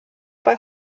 bei